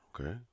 Okay